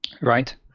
Right